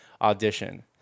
audition